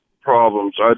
problems